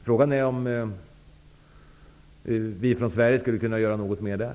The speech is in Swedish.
Frågan är om vi från Sverige skulle kunna göra något mer där.